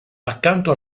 accanto